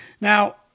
Now—